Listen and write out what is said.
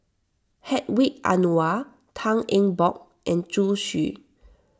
Hedwig Anuar Tan Eng Bock and Zhu Xu